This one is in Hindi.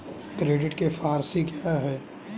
क्रेडिट के फॉर सी क्या हैं?